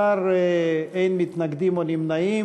18 בעד, אין מתנגדים או נמנעים.